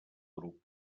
grup